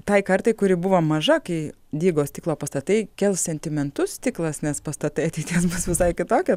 tai kartai kuri buvo maža kai dygo stiklo pastatai kels sentimentus stiklas nes pastatai ateities bus visai kitokie